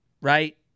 right